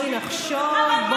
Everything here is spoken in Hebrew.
מה זה משנה עכשיו?